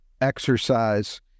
exercise